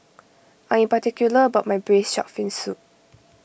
I am particular about my Braised Shark Fin Soup